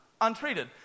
untreated